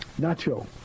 Nacho